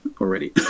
already